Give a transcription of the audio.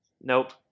Nope